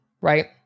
right